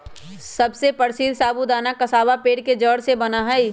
सबसे प्रसीद्ध साबूदाना कसावा पेड़ के जड़ से बना हई